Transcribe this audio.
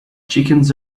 chickens